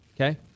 okay